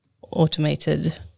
automated